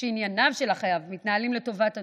של החייב מתנהלים לטובת הנושים.